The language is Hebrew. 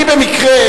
אני אמרתי, אני במקרה,